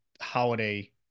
holiday